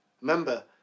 remember